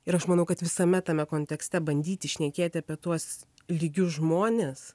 ir aš manau kad visame tame kontekste bandyti šnekėti apie tuos lygius žmones